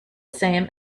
same